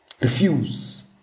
Refuse